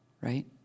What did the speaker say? right